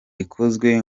ikozwe